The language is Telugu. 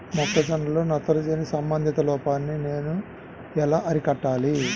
మొక్క జొన్నలో నత్రజని సంబంధిత లోపాన్ని నేను ఎలా అరికట్టాలి?